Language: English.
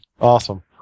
Awesome